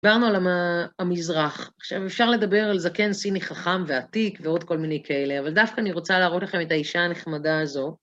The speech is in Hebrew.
דיברנו על המזרח, עכשיו אפשר לדבר על זקן סיני חכם ועתיק ועוד כל מיני כאלה, אבל דווקא אני רוצה להראות לכם את האישה הנחמדה הזו.